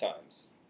times